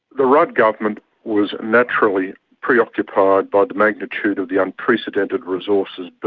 the rudd government was naturally preoccupied by the magnitude of the unprecedented resources but